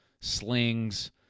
slings